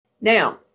Now